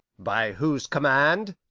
by whose command?